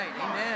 Amen